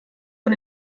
von